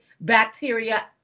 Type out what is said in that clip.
bacteria